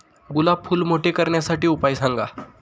गुलाब फूल मोठे करण्यासाठी उपाय सांगा?